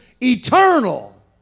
eternal